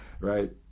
right